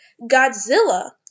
Godzilla